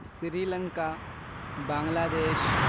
سری لنکا بنگلہ دیش